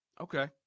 Okay